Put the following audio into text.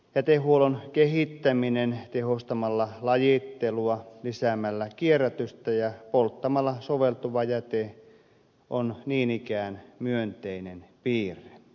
jätehuollon kehittäminen tehostamalla lajittelua lisäämällä kierrätystä ja polttamalla soveltuva jäte on niin ikään myönteinen piirre